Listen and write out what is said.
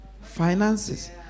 Finances